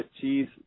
cheese